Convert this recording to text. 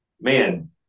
man